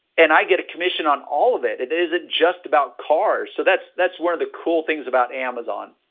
and i get a commission on all of it. it isn't just about cars, so that's that's one of the cool things about amazon.